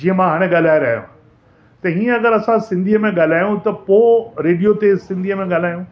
जीअं मां हाणे ॻाल्हाए रहियो आहियां त ईंअ अगरि असां सिंधीअ में ॻाल्हायूं त पोइ रेडियो ते सिंधीअ में ॻाल्हायूं